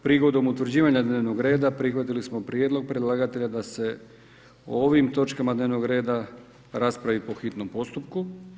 Prigodom utvrđivanja dnevnog reda, prihvatili smo prijedlog predlagatelja da se o ovim točkama dnevnog reda raspravi po hitnom postupku.